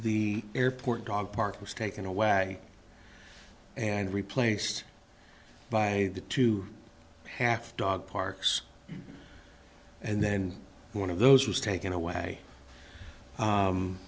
the airport dog park was taken away and replaced by the two half dog parks and then one of those was taken away